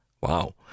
Wow